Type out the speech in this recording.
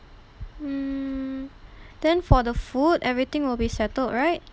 mm then for the food everything will be settled right